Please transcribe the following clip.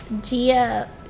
Gia